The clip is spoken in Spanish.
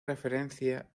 referencia